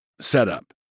setup